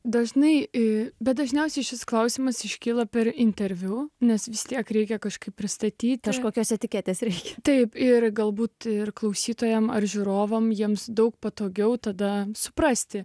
dažnai į bet dažniausiai šis klausimas iškilo per interviu nes vis tiek reikia kažkaip pristatyti kažkokios etiketės ir taip ir galbūt ir klausytojams ar žiūrovams jiems daug patogiau tada suprasti